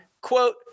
quote